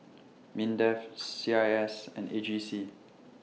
Mindef C I S and A G C